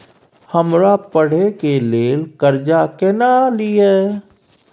हमरा पढ़े के लेल कर्जा केना लिए?